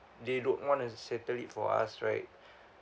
they don't want to settle it for us right